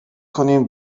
کنیم